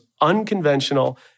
unconventional